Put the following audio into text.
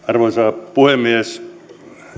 arvoisa puhemies